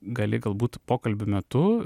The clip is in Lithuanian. gali galbūt pokalbio metu